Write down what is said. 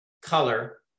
color